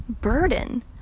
burden